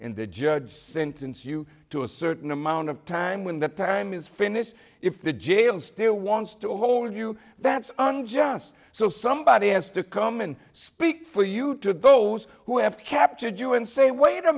in the judge sentence you to a certain amount of time when the time is finished if the jail still wants to hold you that's on just so somebody has to come and speak for you to those who have captured you and say wait a